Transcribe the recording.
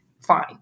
fine